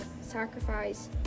sacrifice